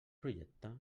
projecte